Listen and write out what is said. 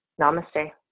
Namaste